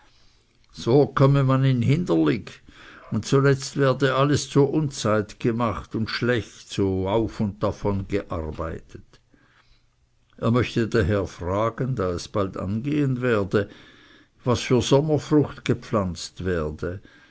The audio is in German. so komme man in hinderlig und zuletzt werde alles zur unzeit gemacht und schlecht so auf und davon gearbeitet er möchte daher fragen da es bald angehen werde was für sommerfrucht gepflanzt werde